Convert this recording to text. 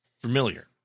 familiar